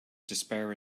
despair